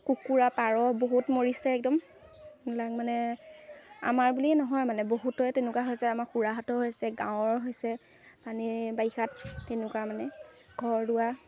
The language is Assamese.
কুকুৰা পাৰ বহুত মৰিছে একদম এইবিলাক মানে আমাৰ বুলিয়ে নহয় মানে বহুতৰে তেনেকুৱা হৈছে আমাৰ খুড়াহঁতৰ হৈছে গাঁৱৰ হৈছে পানী বাৰিষাত তেনেকুৱা মানে ঘৰ দুৱাৰ